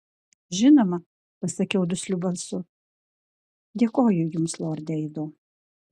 žinoma pasakiau dusliu balsu dėkoju jums lorde aido